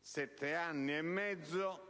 sette anni e mezzo